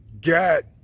get